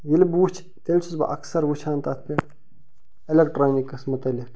ییٛلہِ بہٕ وٕچھِ تیٛلہِ چھُس بہٕ اکثر وٕچھان تتھ پٮ۪ٹھ ایٚلیکٹرانکٕس مُتعلق